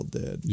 dead